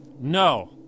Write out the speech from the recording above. No